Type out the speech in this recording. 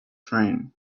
friend